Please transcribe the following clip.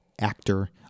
actor